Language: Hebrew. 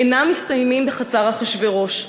אינם מסתיימים בחצר אחשוורוש.